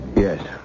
Yes